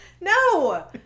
No